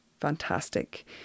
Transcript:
fantastic